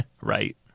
Right